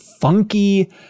funky